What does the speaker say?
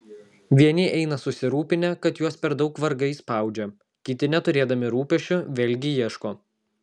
vieni eina susirūpinę kad juos per daug vargai spaudžia kiti neturėdami rūpesčių vėlgi ieško